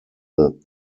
that